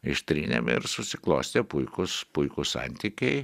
ištrynėm ir susiklostė puikūs puikūs santykiai